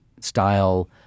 style